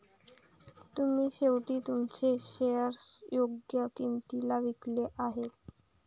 तुम्ही शेवटी तुमचे शेअर्स योग्य किंमतीला विकले आहेत